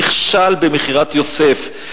נכשל במכירת יוסף,